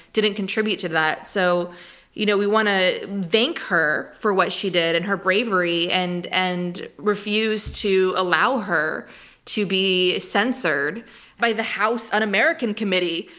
didn't contribute to that. so you know we want to thank her for what she did, and her bravery, and and refuse to allow her to be censored by the house, an american committee,